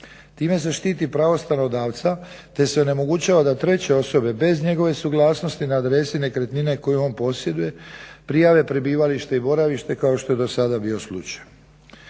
time se štiti pravo stanodavca, te se onemogućava da treće osobe bez njegove suglasnosti na adresi nekretnine koju on posjeduje prijave prebivalište i boravište kao što je i do sada bio slučaj.